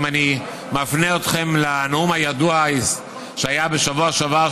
אם אני מפנה אתכם לנאום הידוע שהיה בשבוע שעבר,